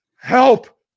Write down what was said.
help